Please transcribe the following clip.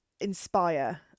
inspire